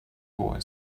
boy